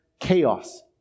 chaos